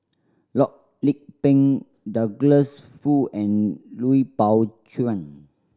Loh Lik Peng Douglas Foo and Lui Pao Chuen